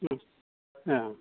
उम ए